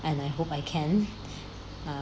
and I hope I can